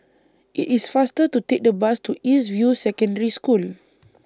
IT IS faster to Take The Bus to East View Secondary School